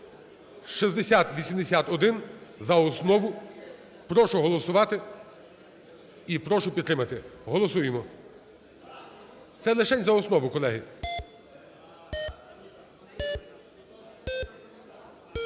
6081 за основу, прошу голосувати і прошу підтримати. Голосуємо. Це лишень за основу, колеги.